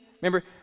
remember